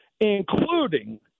including